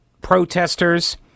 protesters